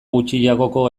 gutxiagoko